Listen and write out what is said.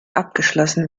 abgeschlossen